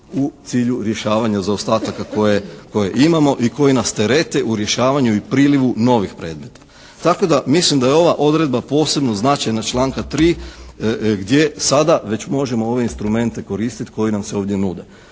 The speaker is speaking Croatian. u cilju rješavanja zaostataka koje imamo i koji nas terete u rješavanju i prilivu novih predmeta. Tako da mislim da je ova odredba posebno značajna iz članka 3. gdje sada već možemo ove instrumente koristit koji nam se ovdje nude.